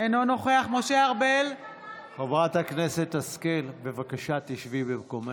אינו נוכח חברת הכנסת השכל, בבקשה שבי במקומך.